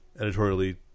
editorially